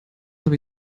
habe